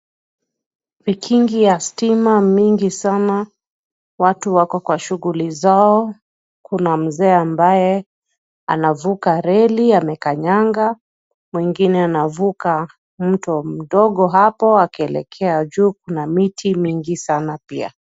Vikingi ya stima mingi sana. Watu wako kwa shughuli zao. Kuna mzee ambaye anavuka reli, amekanyaga. Mwengine anavuka mto mdogo hapo akielekea juu. Kuna miti mingi sana pia.